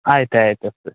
ಆಯ್ತು ಆಯಿತು ಸರಿ